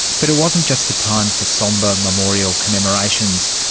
but it wasn't just a time for sombre memorial commemorations.